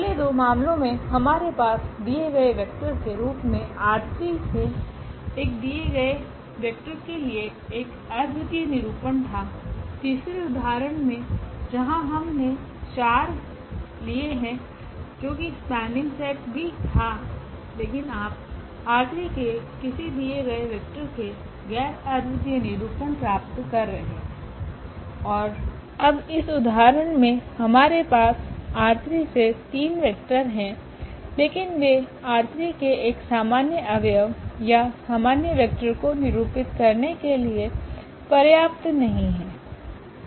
पहले दो मामलों में हमारे पास दिए गए वेक्टर के रूप में ℝ3 से एक दिए गए वेक्टर के लिए एक अद्वितीय निरूपण था तीसरे उदाहरण में जहां हमने 4 लिये है जो कि स्पनिंग सेट भी था लेकिन आप ℝ3 के किसी दिए गए वेक्टर के गैर अद्वितीय निरूपण प्राप्त कर रहे हैं और अब इस उदाहरण में हमारे पास ℝ3 से तीन वेक्टर हैं लेकिन वे ℝ3 के एक सामान्य अवयव या सामान्य वेक्टर को निरूपित करने के लिए पर्याप्त नहीं हैं